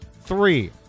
three